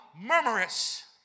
murmurous